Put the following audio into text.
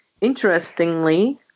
Interestingly